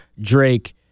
drake